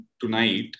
tonight